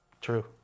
True